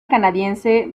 canadiense